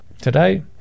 today